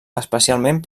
especialment